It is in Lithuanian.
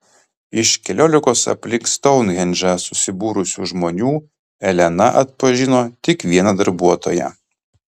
iš keliolikos aplink stounhendžą susibūrusių žmonių elena atpažino tik vieną darbuotoją